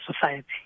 society